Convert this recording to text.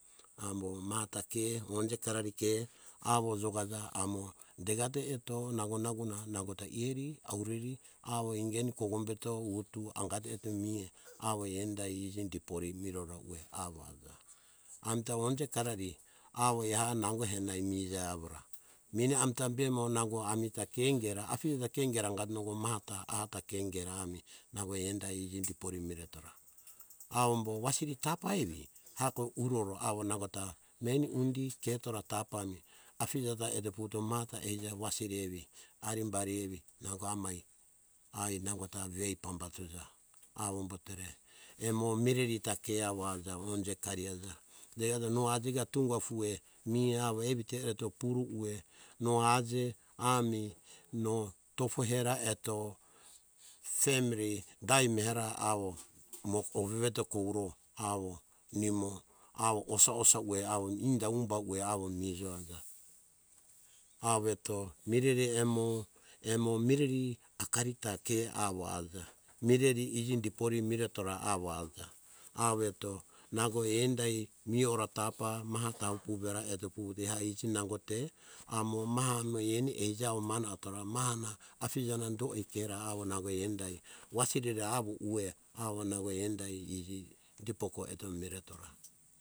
Avombo maha ta ke onje karari ke awo jokaja amo dekato eto nago nango ha nangota iari aureri awo ingene - awo ingene kokombeto utu angato eto mea awo endai iji dipori mirora ueh awo aja, amita onje karari awo nagotai mmija awora. Mine amita bemo nango amita ke hingera, afija ta ke ingera angato nogo maha ta aha ta ke ingera ami nango endai iji dipori miretora. Avombo wasiri tapa evi heako uroro awo nangota meni undi ketora tapa ami afija ta aija vuvuto maha wasiri evi arimbari evi nango amai ai nangota ve pambatuja awombotore emo mireri ta ke awo aja onje kariaja. Aja no ajeka tunga ufue awo evito ereto pure ueh, no aje ami no tofo hera eto no orope dai mera awo imo oveve eto kouro awo nimo awo osa - osa ueh inda humba ueh awo mijo aja. Awo eto mireri emo, emo mireri akari ta ke awo aja mireri iji dipori miretora awo aja, awo eto nango endai miora tapa eto maha tafo vuvera eto vuvuto eha iji nangota amo maha amo maha mo eni eja awo mane atora, maha na afija na do ei kera awo nango endai wasiri re awo ueh awo nango endai diporire metora.